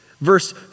Verse